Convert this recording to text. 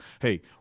Hey